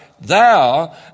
thou